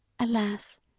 Alas